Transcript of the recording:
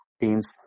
teams